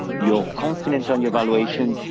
you're confident on your valuation,